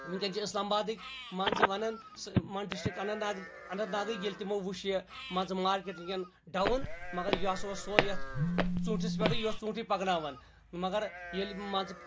وُنٛکیٚن چھِ اِسلام بادٕکۍ مان ژٕ وَنان ڈسٹرک اننت ناگٕکۍ ییٚلہِ تِمو وُچھ یہِ مان ژٕ مارکیٚٹ ؤنٛکیٚن ڈوُن مَگر یہِ ہسا اوس سورُے یَتھ ژوٗنٹھس پٮ۪ٹھٕے یہِ اوس ژوٗنٹھٕے پَکناوان مَگر ییٚلہِ مان ژٕ